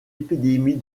épidémie